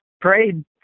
prayed